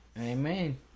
amen